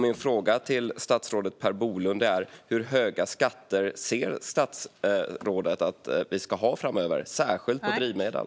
Min fråga till statsrådet Per Bolund är: Hur höga skatter ser statsrådet att vi ska ha framöver, särskilt på drivmedel?